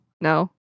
No